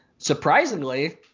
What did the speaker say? surprisingly